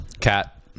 Cat